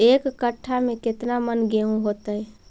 एक कट्ठा में केतना मन गेहूं होतै?